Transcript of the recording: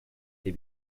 they